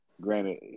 Granted